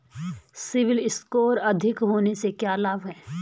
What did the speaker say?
CIBIL score अधिक होने से क्या लाभ हैं?